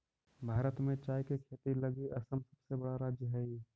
भारत में चाय के खेती लगी असम सबसे बड़ा राज्य हइ